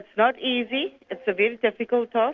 not easy it's a very difficult ah